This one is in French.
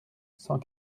cent